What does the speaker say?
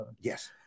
Yes